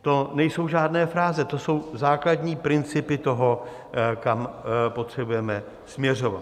To nejsou žádné fráze, to jsou základní principy toho, kam potřebujeme směřovat.